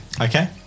Okay